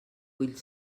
vull